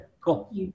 cool